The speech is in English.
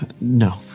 No